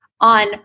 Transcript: on